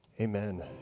Amen